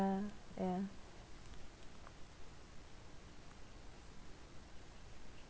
ya